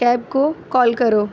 cab کو call کرو